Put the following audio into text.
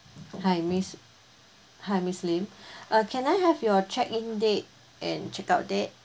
hi miss hi miss lim uh can I have your check in date and check out date